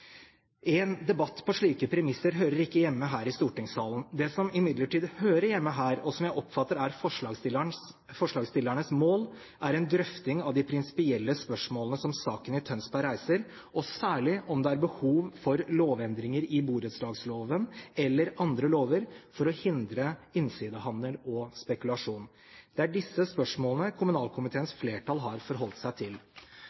En debatt på slike premisser hører ikke hjemme her i stortingssalen. Det som imidlertid hører hjemme her, og som jeg oppfatter er forslagsstillernes mål, er en drøfting av de prinsipielle spørsmålene som saken i Tønsberg reiser, og særlig om det er behov for lovendringer i borettslagsloven eller andre lover for å hindre innsidehandel og spekulasjon. Det er disse spørsmålene